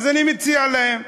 אז אני מציע להם: